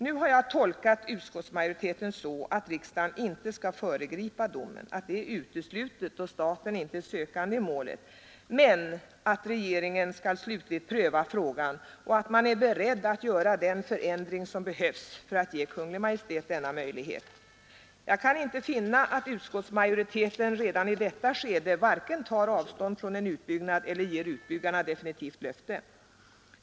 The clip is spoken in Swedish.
Nu har jag tolkat utskottsmajoriteten så att riksdagen inte skall föregripa domen — det är uteslutet då staten inte är sökande i målet — men att regeringen skall slutligt pröva frågan och att man är beredd att göra den förändring som behövs för att ge Kungl. Maj:t denna möjlighet. Jag kan inte finna att utskottsmajoriteten redan i detta skede vare sig tar avstånd från en utbyggnad eller ger utbyggarna definitivt löfte.